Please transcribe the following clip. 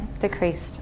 decreased